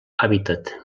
hàbitat